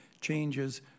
changes